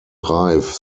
reif